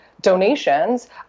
donations